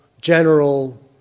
general